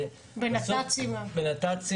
בנת"צים.